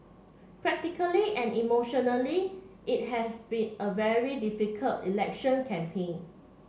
practically and emotionally it has been a very difficult election campaign